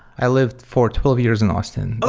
i lived for twelve years in austin.